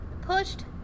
pushed